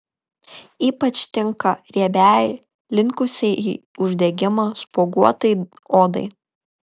ypač tinka riebiai linkusiai į uždegimą spuoguotai odai